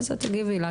ואז את תגיבי לה.